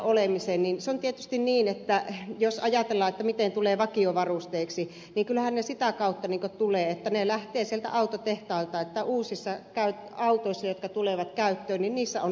se on tietysti niin että jos ajatellaan miten tulee vakiovarusteeksi niin kyllähän ne sitä kautta tulevat että ne lähtevät sieltä autotehtailta että uusissa autoissa jotka tulevat käyttöön on vakiovarusteena